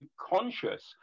conscious